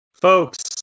Folks